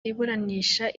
iburanisha